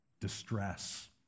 distress